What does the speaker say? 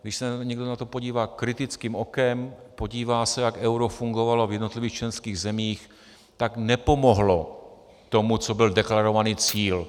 Když se někdo na to podívá kritickým okem, podívá se, jak euro fungovalo v jednotlivých členských zemích, tak nepomohlo k tomu, co byl deklarovaný cíl.